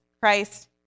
Christ